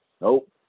nope